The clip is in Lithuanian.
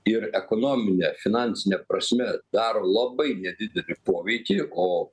ir ekonomine finansine prasme daro labai nedidelį poveikį o